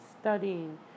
studying